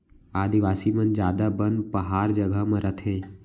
आदिवासी मन जादा बन पहार जघा म रथें